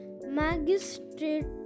magistrate